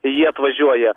jie atvažiuoja